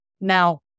Now